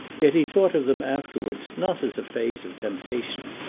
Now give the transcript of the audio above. yet he thought of them afterwards not as a phase of temptation,